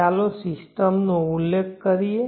ચાલો સિસ્ટમનો ઉલ્લેખ કરીએ